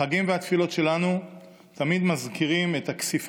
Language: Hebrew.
החגים והתפילות שלנו תמיד מזכירים את הכיסוף